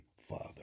Father